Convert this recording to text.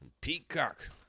peacock